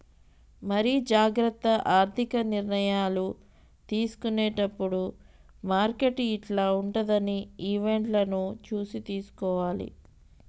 మరి జాగ్రత్త ఆర్థిక నిర్ణయాలు తీసుకునేటప్పుడు మార్కెట్ యిట్ల ఉంటదని ఈవెంట్లను చూసి తీసుకోవాలి